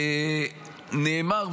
נאמר,